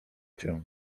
cię